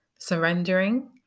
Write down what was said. surrendering